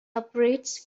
upgrades